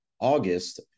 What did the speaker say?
August